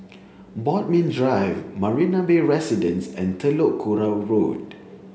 Bodmin Drive Marina Bay Residences and Telok Kurau Road